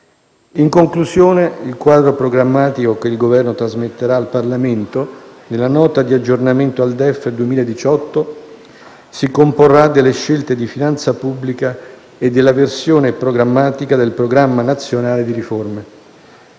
In conclusione, il quadro programmatico che il Governo trasmetterà al Parlamento nella Nota di aggiornamento al DEF 2018 si comporrà delle scelte di finanza pubblica e dalla versione programmatica del Programma nazionale di riforme.